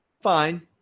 fine